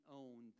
own